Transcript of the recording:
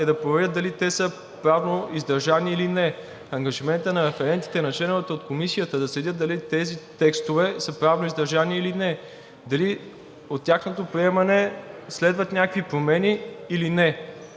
е да проверят дали те са правно издържани или не. Ангажимент на референтите и на членовете от Комисията е да следят дали тези текстове са правно издържани или не, дали от тяхното приемане следват някакви промени или не.